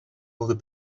other